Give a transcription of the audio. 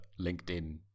LinkedIn